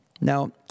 Now